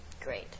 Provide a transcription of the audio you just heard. Great